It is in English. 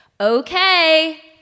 Okay